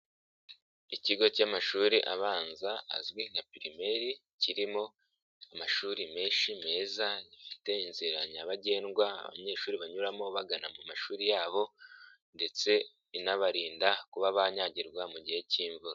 Ikigo cy'amashuri abanza azwi nka pirimeri kirimo amashuri menshi mezafite, inzira nyabagendwa abanyeshuri banyuramo bagana mu mashuri yabo ndetse inabarinda kuba banyagirwa mu gihe cy'imvura.